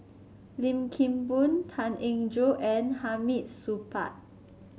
Lim Kim Boon Tan Eng Joo and Hamid Supaat